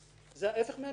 זה ההפך מהמציאות.